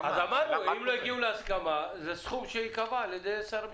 אמרנו: אם לא הגיעו להסכמה זה סכום שייקבע על ידי שר המשפטים.